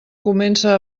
comença